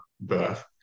birth